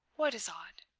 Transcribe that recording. what is odd?